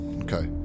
Okay